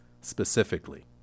specifically